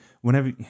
whenever